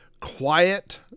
quiet